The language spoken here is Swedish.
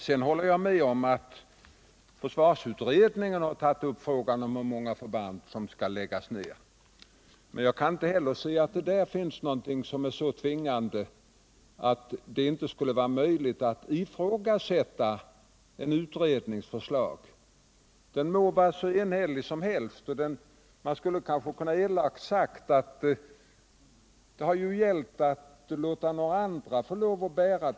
Sedan håller jag med om att också försvarsutredningen har tagit upp frågan om hur många förband som skall läggas ner. Men jag kan inte se att det i utredningen finns något som är så tvingande att det inte skulle vara möjligt att ifrågasätta dess förslag, de må vara hur enhälliga som helst. Litet elakt skulle man kanske kunna säga att det här är fråga om att låta andra bära bördan.